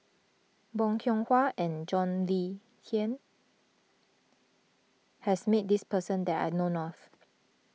Bong Kiong Hwa and John Le Cain has met this person that I know of